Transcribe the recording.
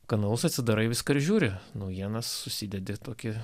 kanalus atsidarai viską ir žiūri naujienas susidedi tokį